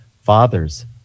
Fathers